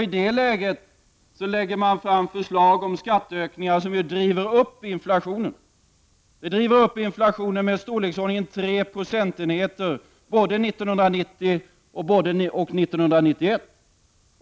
I detta läge lägger man fram förslag om skatteökningar som ju driver upp inflationen i storleksordningen tre procentenheter både 1990 och 1991.